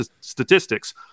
statistics